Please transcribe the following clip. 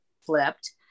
flipped